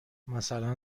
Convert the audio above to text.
مثلا